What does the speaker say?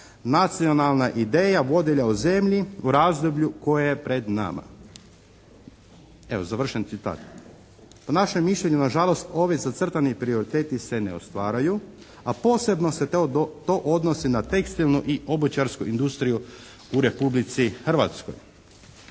nacionalna ideja vodilja u zemlji u razdoblju koje je pred nama.». Evo završen citat. Po našem mišljenju nažalost ovi zacrtani prioriteti se ne ostvaruju, a posebno se to odnosi na tekstilnu i obućarsku industriju u Republici Hrvatskoj.